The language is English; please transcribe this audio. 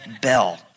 bell